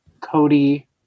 Cody